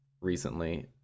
recently